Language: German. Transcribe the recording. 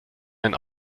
ein